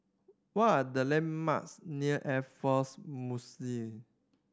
what are the landmarks near Air Force